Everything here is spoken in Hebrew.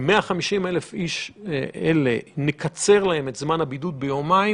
אם ל-150,000 האנשים האלה נקצר את זמן הבידוד ביומיים,